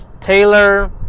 Taylor